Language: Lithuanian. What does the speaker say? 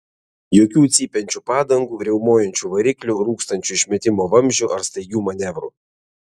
jokių cypiančių padangų riaumojančių variklių rūkstančių išmetimo vamzdžių ar staigių manevrų